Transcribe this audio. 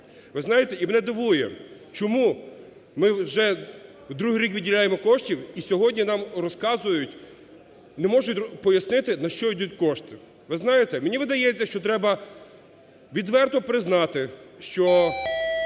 Ви знаєте, і мене дивує чому ви вже другий рік виділяємо кошти і сьогодні нам розказують, не можуть пояснити на що ідуть кошти. Ви знаєте, мені видається, що треба відверто признати, що